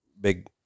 big